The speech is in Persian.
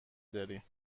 داری